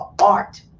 art